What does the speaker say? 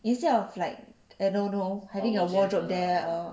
instead of like I don't know having a wardrobe there or